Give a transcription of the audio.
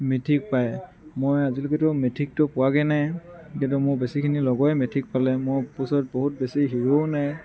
mythic পায় মই আজিলৈকেতো মেথিকটো পোৱাগৈ নাই কিন্তু মোৰ বেছিখিনি লগৰে মেথিক পালে মোৰ পিছত বহুত বেছি হিৰও নাই